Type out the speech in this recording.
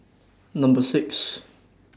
Number six